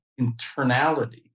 internality